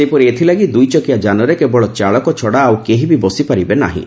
ସେହିପରି ଏଥଲାଗି ଦୂଇଚକିଆ ଯାନରେ କେବଳ ଚାଳକ ଛଡା ଆଉ କେହିବି ବସିପାରିବେ ନାହିଁ